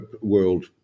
World